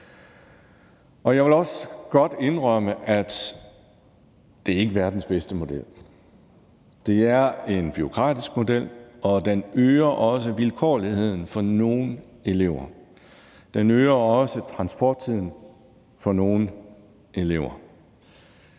Jeg vil også godt indrømme, at det ikke er verdens bedste model. Det er en bureaukratisk model. Den øger også vilkårligheden for nogle elever. Den øger også transporttiden for nogle elever.